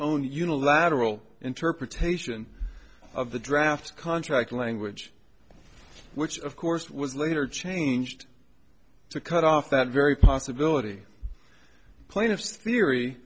own unilateral interpretation of the draft contract language which of course was later changed to cut off that very possibility pla